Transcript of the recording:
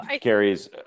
carries